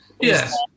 Yes